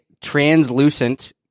translucent